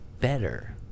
better